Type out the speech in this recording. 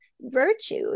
virtue